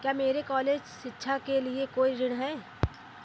क्या मेरे कॉलेज शिक्षा के लिए कोई ऋण है?